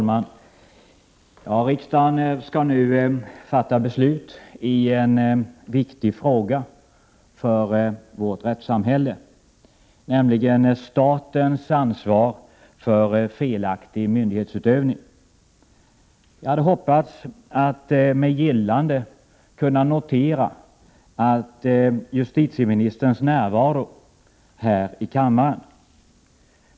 Herr talman! Riksdagen skall nu fatta beslut i en fråga som är viktig för vårt rättssamhälle, nämligen frågan om statens ansvar för felaktig myndighetsutövning. Jag hade hoppats att med gillande kunna notera justitieministerns närvaro under denna debatt.